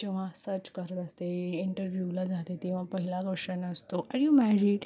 जेव्हा सर्च करत असते इंटरव्यूला जाते तेव्हा पहिला क्वश्शन असतो आर यू मॅरीड